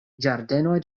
ĝardenoj